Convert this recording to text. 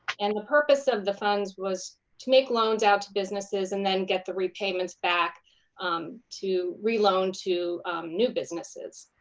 and the purpose of the funds was to make loans out to businesses and then get the repayments back um to reloan to new businesses,